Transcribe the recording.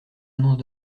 annonce